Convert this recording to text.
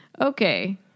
Okay